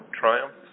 triumph